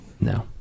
No